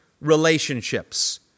relationships